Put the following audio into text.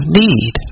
need